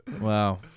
Wow